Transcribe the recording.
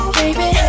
baby